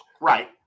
Right